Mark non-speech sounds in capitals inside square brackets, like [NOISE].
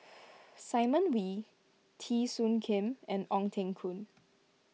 [NOISE] Simon Wee Teo Soon Kim and Ong Teng Koon